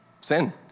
sin